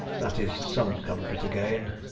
that is some comfort again.